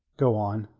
go on,